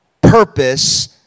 purpose